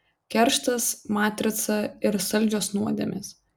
kerštas matrica ir saldžios nuodėmės